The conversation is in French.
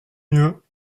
mieux